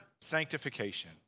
sanctification